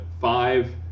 five